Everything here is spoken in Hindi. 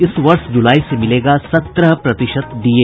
इस वर्ष जुलाई से मिलेगा सत्रह प्रतिशत डीए